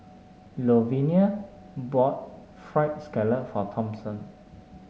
Louvenia bought fried scallop for Thompson